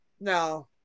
No